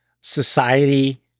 society